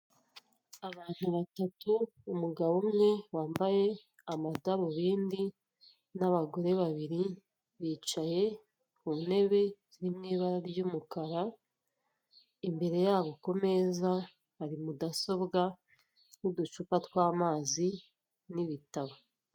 Abantu batatu, umugabo umwe wambaye amadarubindi n'abagore babiri, bicaye ku ntebe irimo ibara ry'umukara, imbere yabo ku meza hari mudasobwa n'uducupa tw'amazi n'ibitabo.